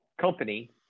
company